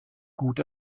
gut